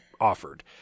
offered